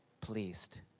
pleased